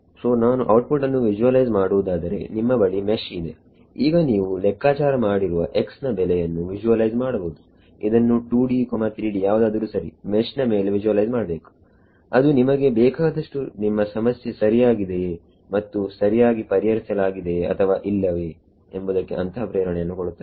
so ನಾನು output ಅನ್ನು visualise ಮಾಡುವುದಾದರೆ ನಿಮ್ಮ ಬಳಿ ಮೆಶ್ ಇದೆ ಈಗ ನೀವು ಲೆಕ್ಕಾಚಾರ ಮಾಡಿರುವ x ನ ಬೆಲೆಯನ್ನು ವಿಜುವಲೈಸ್ ಮಾಡಬಹುದು ಇದನ್ನು 2D3D ಯಾವುದಾದರೂ ಸರಿ ಮೆಶ್ ನ ಮೇಲೆ ವಿಜುವಲೈಸ್ ಮಾಡಬೇಕು ಅದು ನಿಮಗೆ ಬೇಕಾದಷ್ಟು ನಿಮ್ಮ ಸಮಸ್ಯೆ ಸರಿಯಾಗಿದೆಯೇ ಮತ್ತು ಸರಿಯಾಗಿ ಪರಿಹರಿಸಲಾಗಿದೆಯೇ ಅಥವಾ ಇಲ್ಲವೇ ಎಂಬುದಕ್ಕೆ ಅಂತಃಪ್ರೇರಣೆಯನ್ನು ಕೊಡುತ್ತದೆ